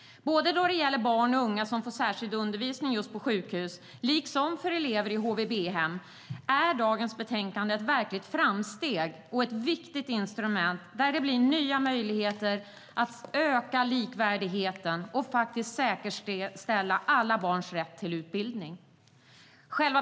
Både för barn och unga som får särskild undervisning på sjukhus liksom för elever i HVB-hem är dagens betänkande ett verkligt framsteg och ett viktigt instrument. Det medför nya möjligheter att öka likvärdigheten och att säkerställa alla barns rätt till utbildning.